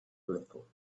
little